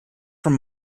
from